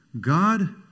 God